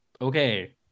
Okay